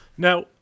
Now